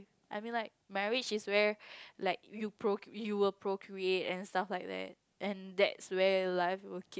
I mean like marriage is where like you broke you will broke with and stuff like that and that's way life will keep